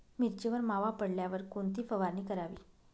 मिरचीवर मावा पडल्यावर कोणती फवारणी करावी?